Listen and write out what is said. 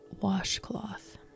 washcloth